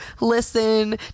listen